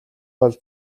бол